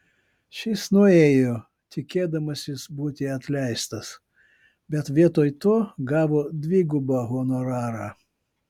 šis nuėjo tikėdamasis būti atleistas bet vietoj to gavo dvigubą honorarą